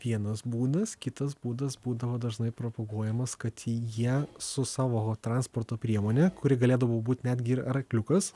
vienas būdas kitas būdas būdavo dažnai propaguojamas kad jie su savo transporto priemone kuri galėdavo būt netgi arkliukas